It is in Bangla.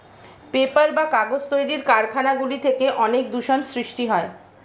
পেপার বা কাগজ তৈরির কারখানা গুলি থেকে অনেক দূষণ সৃষ্টি হয়